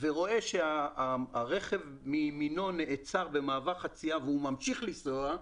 ורואה שהרכב מימינו נעצר במעבר חציה והוא ממשיך לנסוע,